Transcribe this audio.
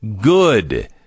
good